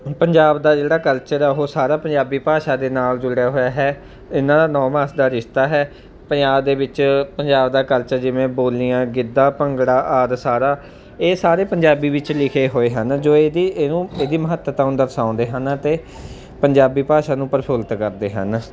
ਪੰਜਾਬ ਦਾ ਜਿਹੜਾ ਕਲਚਰ ਆ ਉਹ ਸਾਰਾ ਪੰਜਾਬੀ ਭਾਸ਼ਾ ਦੇ ਨਾਲ ਜੁੜਿਆ ਹੋਇਆ ਹੈ ਇਹਨਾਂ ਦਾ ਨਹੁੰ ਮਾਸ ਦਾ ਰਿਸ਼ਤਾ ਹੈ ਪੰਜਾਬ ਦੇ ਵਿੱਚ ਪੰਜਾਬ ਦਾ ਕਲਚਰ ਜਿਵੇਂ ਬੋਲੀਆਂ ਗਿੱਧਾ ਭੰਗੜਾ ਆਦਿ ਸਾਰਾ ਇਹ ਸਾਰੇ ਪੰਜਾਬੀ ਵਿੱਚ ਲਿਖੇ ਹੋਏ ਹਨ ਜੋ ਇਹਦੀ ਇਹਨੂੰ ਇਹਦੀ ਮਹੱਤਤਾ ਨੂੰ ਦਰਸਾਉਂਦੇ ਹਨ ਅਤੇ ਪੰਜਾਬੀ ਭਾਸ਼ਾ ਨੂੰ ਪ੍ਰਫੁੱਲਤ ਕਰਦੇ ਹਨ